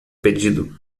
pedido